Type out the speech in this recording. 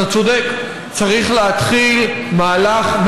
אתה צודק: צריך להתחיל מהלך,